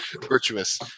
Virtuous